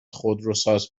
خودروساز